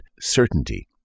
certainty